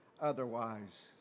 otherwise